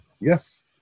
yes